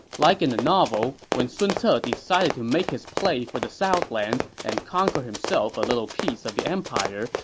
like in the novel, when sun ce ah decided to make his play for the southlands and conquer himself a little piece of the empire,